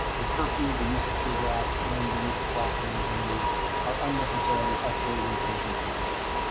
the curfew, the use of tear gas and the use of flash bang grenades are unnecessarily escalating tensions in our city.